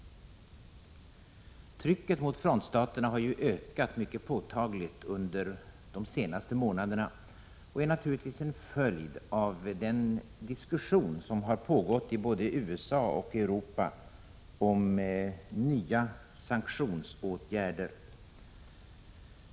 Trycket mot frontstaterna har under de senaste månaderna ökat mycket påtagligt, vilket naturligtvis är en följd av den diskussion som har pågått i både USA och Europa om nya sanktionsåtgärder.